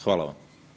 Hvala vam.